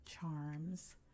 charms